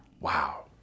Wow